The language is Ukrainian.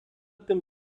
тим